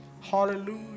Hallelujah